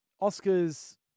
Oscar's